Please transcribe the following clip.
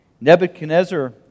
Nebuchadnezzar